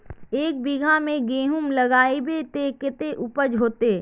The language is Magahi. एक बिगहा में गेहूम लगाइबे ते कते उपज होते?